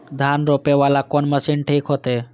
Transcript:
धान रोपे वाला कोन मशीन ठीक होते?